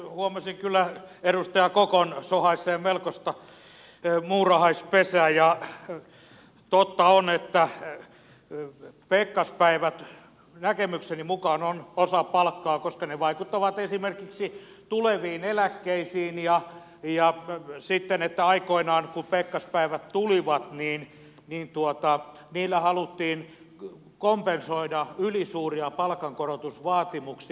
huomasin kyllä edustaja kokon sohaisseen melkoista muurahaispesää ja totta on että pekkaspäivät näkemykseni mukaan ovat osa palkkaa koska ne vaikuttavat esimerkiksi tuleviin eläkkeisiin ja että aikoinaan kun pekkaspäivät tulivat niillä haluttiin kompensoida ylisuuria palkankorotusvaatimuksia